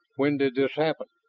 when did this happen?